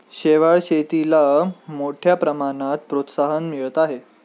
शेवाळ शेतीला मोठ्या प्रमाणात प्रोत्साहन मिळत आहे